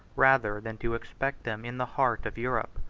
rather than to expect them in the heart of europe.